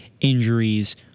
Injuries